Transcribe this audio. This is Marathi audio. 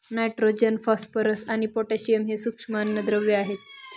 नायट्रोजन, फॉस्फरस आणि पोटॅशियम हे सूक्ष्म अन्नद्रव्ये आहेत